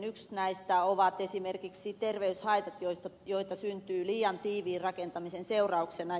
yksi näistä ovat esimerkiksi terveyshaitat joita syntyy liian tiiviin rakentamisen seurauksena